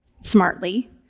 smartly